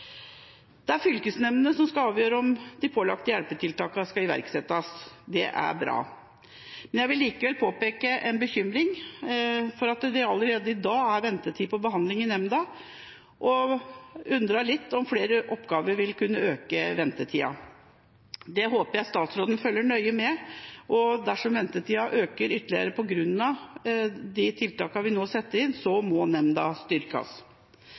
Det er fylkesnemndene som skal avgjøre om de pålagte hjelpetiltakene skal iverksettes, det er bra. Men jeg vil likevel påpeke en bekymring for at det allerede i dag er ventetid for behandling i nemnda, og mener at enda flere oppgaver vil kunne øke ventetida. Det håper jeg statsråden følger nøye med på, og dersom ventetida øker ytterligere på grunn av de tiltakene vi nå setter inn, må nemnda styrkes.